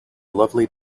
lovely